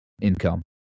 income